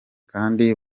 kandi